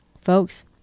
folks